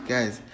Guys